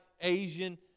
Asian